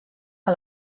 que